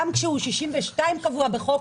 גם כאשר גיל 62 הוא הקבוע בחוק,